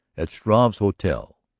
at struve's hotel.